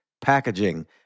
packaging